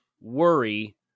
worry